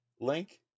link